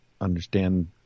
understand